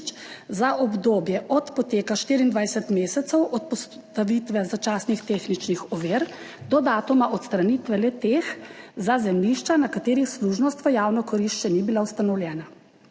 za obdobje od poteka 24 mesecev od postavitve začasnih tehničnih ovir do datuma odstranitve le-teh za zemljišča, na katerih služnost v javno korist še ni bila ustanovljena.